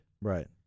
Right